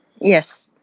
Yes